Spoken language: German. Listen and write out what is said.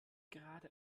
gerade